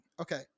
Okay